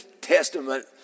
Testament